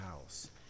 house